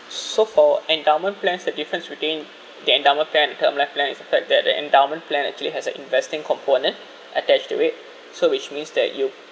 so for endowment plans the difference between the endowment plan and term life plan is the fact that the endowment plan actually has an investing component attached to it so which means that you